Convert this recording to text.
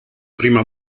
prima